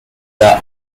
the